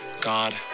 god